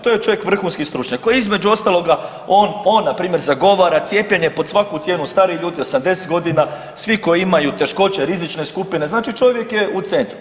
To je čovjek vrhunski stručnjak koji je između ostaloga, on, on npr. zagovara cijepljenje pod svaku cijenu, starih ljudi 80 godina, svi koji imaju teškoće, rizične skupine, znači čovjek je u centru.